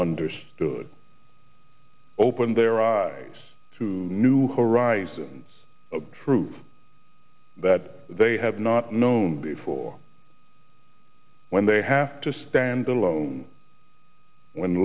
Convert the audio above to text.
understood open their eyes to new horizons of truth that they have not known before when they have to stand alone when